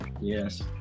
Yes